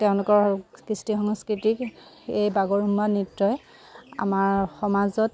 তেওঁলোকৰ কৃষ্টি সংস্কৃতিক এই বাগৰুম্বা নৃত্যই আমাৰ সমাজত